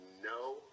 no